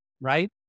right